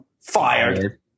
fired